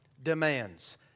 demands